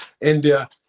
India